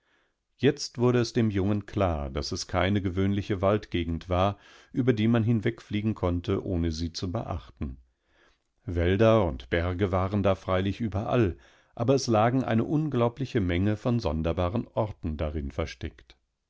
jetzt wurde es dem jungen klar daß es keine gewöhnliche waldgegend war überdiemanhinwegfliegenkonnte ohnesiezubeachten wälderundberge waren da freilich überall aber es lagen eine unglaubliche menge von sonderbarenortendarinversteckt da waren